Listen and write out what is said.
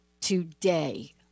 today